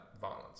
violence